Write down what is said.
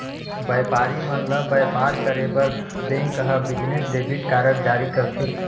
बयपारी मन ल बयपार करे बर बेंक ह बिजनेस डेबिट कारड जारी करथे